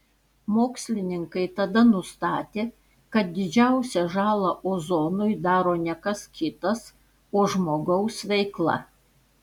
mokslininkai tada nustatė kad didžiausią žalą ozonui daro ne kas kitas o žmogaus veikla